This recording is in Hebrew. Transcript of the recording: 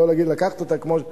לקחת אותה כמו שהיא.